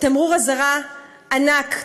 תמרור אזהרה ענק,